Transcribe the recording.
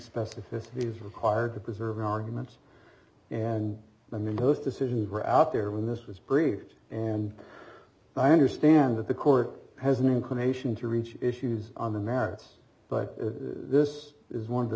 specificity is required to preserve arguments and i mean those decisions were out there when this was briefed and i understand that the court has no inclination to reach issues on the merits but this is one of the